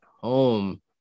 home